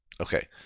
Okay